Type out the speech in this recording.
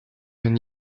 been